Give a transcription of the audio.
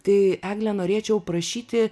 tai egle norėčiau prašyti